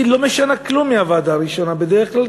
היא לא משנה כלום מהוועדה הראשונה בדרך כלל,